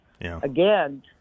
Again